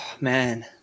man